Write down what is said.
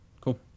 Cool